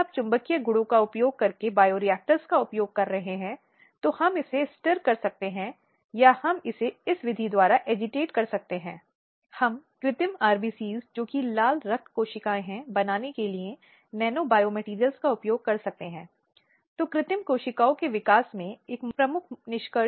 अब कुछ उदाहरण दिए गए हैं जिनमें मौखिक दुर्व्यवहार अपमानजनक भाषा का उपयोग किया गया है जो अत्यधिक शत्रुतापूर्ण है